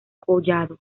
collado